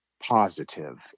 positive